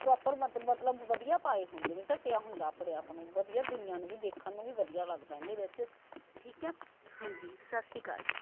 proper ਵ ਮਤਲਬ ਵਧੀਆ ਪਾਏ ਹੁੰਦੇ ਨੇ ਢੱਕਿਆ ਹੁੰਦਾ ਆਪਣੇ ਆਪ ਨੂੰ ਵਧੀਆ ਦੁਨੀਆ ਨੂੰ ਵੀ ਦੇਖਣ ਨੂੰ ਵੀ ਵਧੀਆ ਲੱਗਦਾ ਇਹਦੇ ਵਿੱਚ ਠੀਕ ਹੈ ਹਾਂਜੀ ਸਤਿ ਸ਼੍ਰੀ ਅਕਾਲ ਜੀ